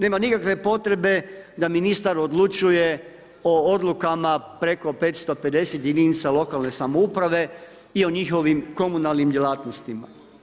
Nema nikakve potrebe da ministar odlučuje o odlukama preko 550 jedinica lokalne samouprave i o njihovim komunalnim djelatnostima.